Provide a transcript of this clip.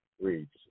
reads